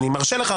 אני מרשה לך,